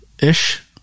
ish